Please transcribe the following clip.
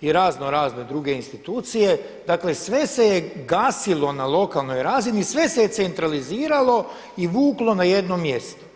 i razno razne druge institucije, dakle sve se je gasilo na lokalnoj razini, sve se je centraliziralo i vuklo na jedno mjesto.